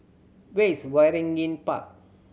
where is Waringin Park